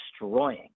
destroying